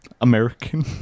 American